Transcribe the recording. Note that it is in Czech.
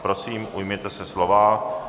Prosím, ujměte se slova.